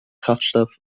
kraftstoff